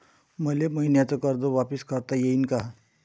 मले मईन्याचं कर्ज वापिस करता येईन का?